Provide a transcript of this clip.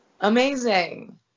Amazing